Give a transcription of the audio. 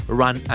run